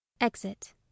Exit